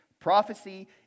Prophecy